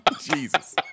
Jesus